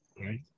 right